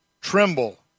tremble